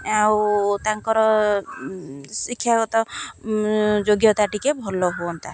ଆଉ ତାଙ୍କର ଶିକ୍ଷାଗତ ଯୋଗ୍ୟତା ଟିକେ ଭଲ ହୁଅନ୍ତା